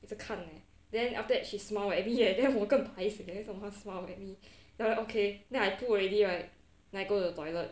一直看 leh then after that she smiled at me leh then 我更不好意思他 smiled at me then okay then I pull already right then I go to the toilet